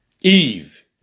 Eve